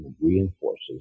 reinforces